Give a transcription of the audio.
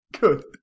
Good